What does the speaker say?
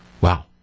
Wow